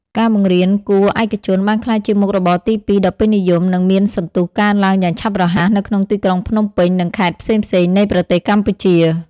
ការបង្រៀនគួរឯកជនបានក្លាយជាមុខរបរទីពីរដ៏ពេញនិយម និងមានសន្ទុះកើនឡើងយ៉ាងឆាប់រហ័សនៅក្នុងទីក្រុងភ្នំពេញនិងខេត្តផ្សេងៗនៃប្រទេសកម្ពុជា។